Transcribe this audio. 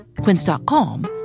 Quince.com